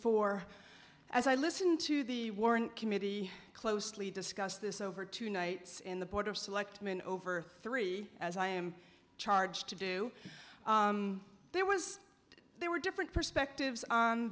four as i listen to the warren committee closely discuss this over two nights in the port of selectmen over three as i am charged to do there was there were different perspectives on